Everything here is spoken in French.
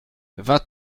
vingt